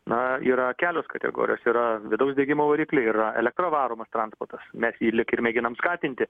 na yra kelios kategorijos yra vidaus degimo varikliai yra elektra varomas transportas mes jį lyg ir mėginam skatinti